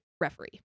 referee